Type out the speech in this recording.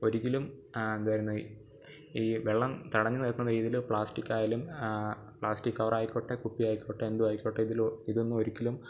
ഒരിക്കലും എന്തുവായിരുന്നോ ഈ വെള്ളം തടഞ്ഞു നിർത്തുന്ന രീതിയിൽ പ്ലാസ്റ്റിക് ആയാലും പ്ലാസ്റ്റിക് കവർ ആയിക്കോട്ടെ കുപ്പി ആയിക്കോട്ടെ എന്തുവായിക്കോട്ടെ ഇതിലൊ ഇതൊന്നും ഒരിക്കലും